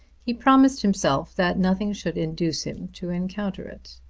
he promised himself that nothing should induce him to encounter it.